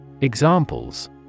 Examples